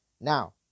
Now